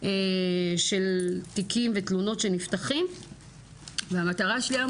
של תיקים ותלונות שנפתחים והמטרה שלי היום,